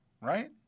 right